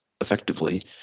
effectively